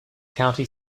county